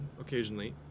occasionally